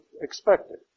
expected